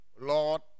Lord